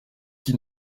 qui